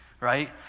Right